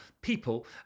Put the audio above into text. people